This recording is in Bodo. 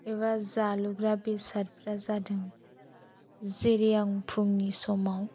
एबा जालुग्रा बेसादफ्रा जादों जेरै आं फुंनि समाव